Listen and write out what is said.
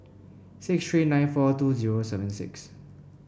six three nine four two zero seven six